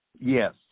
Yes